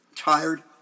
tired